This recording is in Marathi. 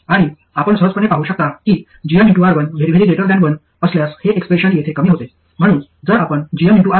आणि आपण सहजपणे पाहू शकता की gmR1 1 असल्यास हे एक्सप्रेशन येथे कमी होते